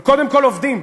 אבל קודם כול עובדים.